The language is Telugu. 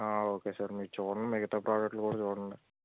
ఓకే సార్ మీరు చూడండి మిగతా ప్రొడక్టులు కూడా చూడండి